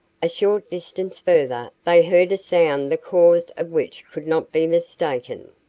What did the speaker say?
a short distance further, they heard a sound the cause of which could not be mistaken.